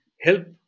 help